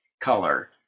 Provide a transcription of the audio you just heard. color